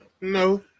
No